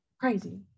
Crazy